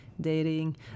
dating